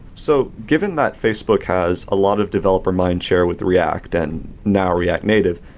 so given that facebook has a lot of developer mindshare with react and, now, react native,